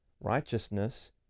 righteousness